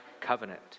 covenant